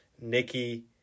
Nikki